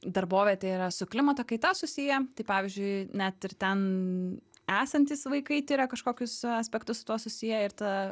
darbovietė yra su klimato kaita susiję tai pavyzdžiui net ir ten esantys vaikai tiria kažkokius aspektus su tuo susiję ir ta